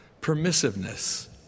Permissiveness